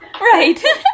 Right